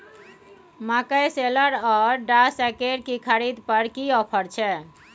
मकई शेलर व डहसकेर की खरीद पर की ऑफर छै?